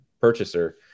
purchaser